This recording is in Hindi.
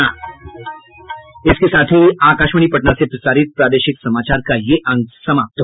इसके साथ ही आकाशवाणी पटना से प्रसारित प्रादेशिक समाचार का ये अंक समाप्त हुआ